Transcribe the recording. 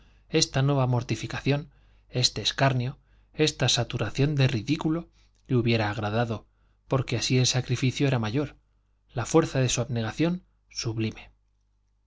esta nueva mortificación este escarnio esta saturación de ridículo le hubiera agradado porque así el sacrificio era mayor la fuerza de su abnegación sublime